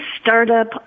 startup